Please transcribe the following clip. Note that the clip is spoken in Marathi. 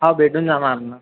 हां भेटून जाणार ना